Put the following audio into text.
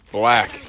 black